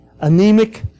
anemic